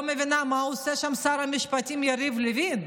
מבינה מה עושה שם שר המשפטים יריב לוין.